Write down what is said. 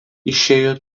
išėjo